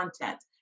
content